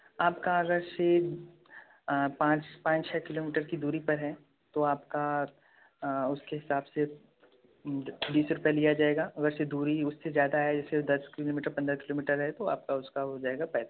आपका अगर से पाँच पाँच छः किलोमीटर की दूरी पर है तो आपका उसके हिसाब से बीस रुपये लिया जाएगा अगर से दूरी उससे ज्यादा आया जिससे दस किलोमीटर पंद्रह किलोमीटर है तो आपका उसका हो जाएगा पैंतीस रुपये